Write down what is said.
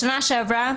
בשנה שעברה,